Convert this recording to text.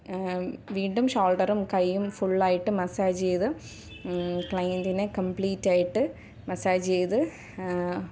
വീണ്ടും ഷോൾഡറും കയ്യും ഫുള്ളായിട്ട് മസാജ് ചെയ്ത് ക്ലൈൻ്റിനെ കമ്പ്ലീറ്റായിട്ട് മസാജ് ചെയ്ത്